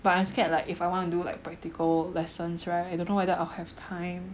but I scared like if I want to do like practical lessons right I don't know whether I'll have time